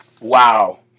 wow